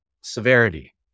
severity